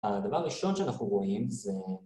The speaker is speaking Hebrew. הדבר הראשון שאנחנו רואים זה...